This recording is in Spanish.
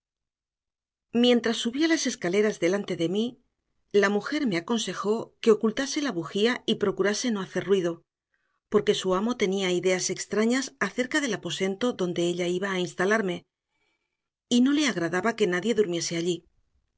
mientras subía las escaleras delante de mí la mujer me aconsejó que ocultase la bujía y procurase no hacer ruido porque su amo tenía ideas extrañas acerca del aposento donde ella iba a instalarme y no le agradaba que nadie durmiese allí